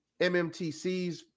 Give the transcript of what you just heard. MMTCs